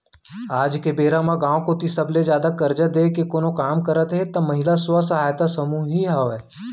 आज के बेरा म गाँव कोती सबले जादा करजा देय के कोनो काम करत हे त महिला स्व सहायता समूह ही हावय